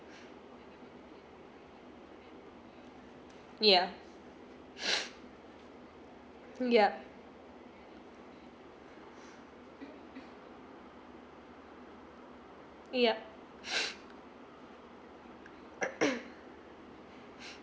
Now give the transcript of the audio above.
ya yup yup